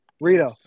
Rito